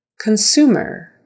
Consumer